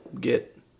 get